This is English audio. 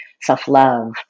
self-love